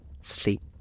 sleep